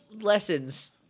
lessons